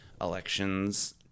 elections